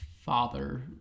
father